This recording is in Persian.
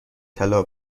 طلا